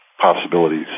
possibilities